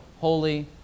holy